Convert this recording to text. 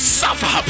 suffer